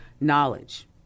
knowledge